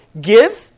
give